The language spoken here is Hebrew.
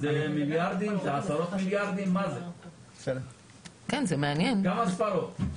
מדובר במיליארדים, בעשרות מיליארדים, כמה ספרות?